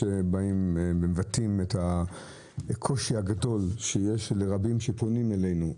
שמבטאים את הקושי הגדול שיש לרבים שפונים אלינו.